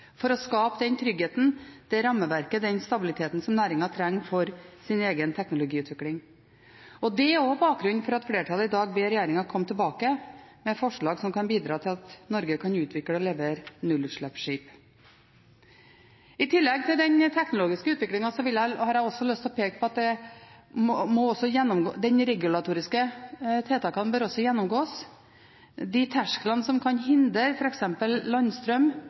for å skape den tryggheten, det rammeverket, den stabiliteten som næringen trenger for sin egen teknologiutvikling. Det er også bakgrunnen for at flertallet i dag ber regjeringen komme tilbake med forslag som kan bidra til at Norge kan utvikle og levere nullutslippsskip. I tillegg til den teknologiske utviklingen har jeg lyst til å peke på at de regulatoriske tiltakene også bør gjennomgås. De tersklene som kan hindre f.eks. landstrøm